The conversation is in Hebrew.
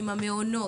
עם המעונות,